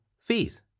fees